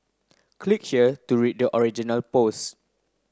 click here to read the original pose